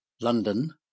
London